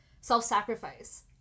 self-sacrifice